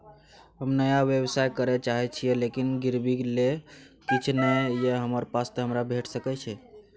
हम नया व्यवसाय करै चाहे छिये लेकिन गिरवी ले किछ नय ये हमरा पास त हमरा भेट सकै छै?